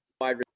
wide